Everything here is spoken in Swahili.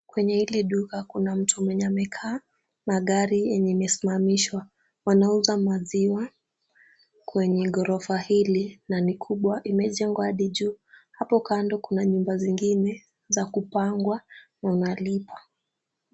Kwenye hili duka kuna mtu mwenye amekaa na gari yenye imesimamishwa. Wanauza maziwa kwenye ghorofa hili na ni kubwa imejengwa hadi juu. Hapo kando kuna nyumba zingine za kupangwa na unalipa.